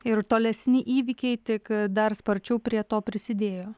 ir tolesni įvykiai tik dar sparčiau prie to prisidėjo